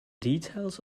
details